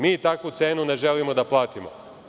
Mi takvu cenu ne želimo da platimo.